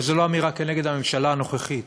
וזו לא אמירה נגד הממשלה הנוכחית,